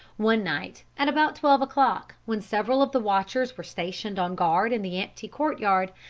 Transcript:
one night, at about twelve o'clock, when several of the watchers were stationed on guard in the empty courtyard,